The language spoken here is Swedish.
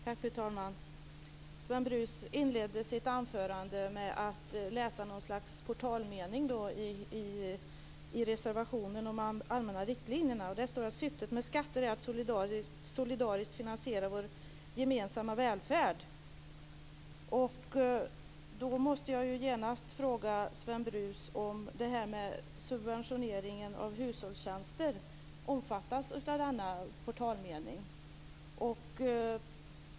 Fru talman! Sven Brus inledde sitt anförande med att läsa något slags portalmening i reservationen om de allmänna riktlinjerna. Där står det att "syftet med skatter är att solidariskt finansiera vår gemensamma välfärd." Då måste jag genast fråga Sven Brus huruvida det här med subventioneringen av hushållstjänster omfattas av denna portalmening.